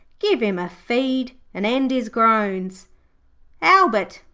give him a feed and end his groans albert,